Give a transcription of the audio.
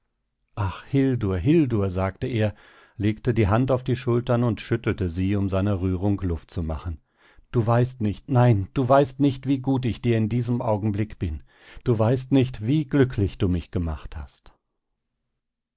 ach hildur hildur sagte er legte die hand auf die schultern und schüttelte sie um seiner rührung luft zu machen du weißt nicht nein du weißt nicht wie gut ich dir in diesem augenblick bin du weißt nicht wie glücklich du mich gemacht hast